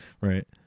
Right